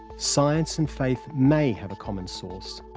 science and faith may have a common source,